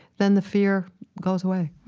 then the fear goes away.